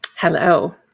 Hello